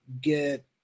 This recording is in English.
get